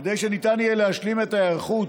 כדי שניתן יהיה להשלים את ההיערכות,